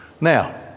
Now